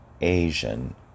Asian